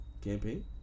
Campaign